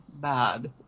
bad